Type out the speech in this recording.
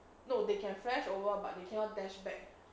no they can flash over but cannot dash back